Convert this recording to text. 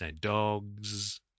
dogs